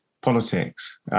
politics